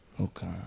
Okay